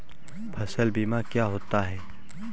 फसल बीमा क्या होता है?